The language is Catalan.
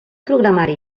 programari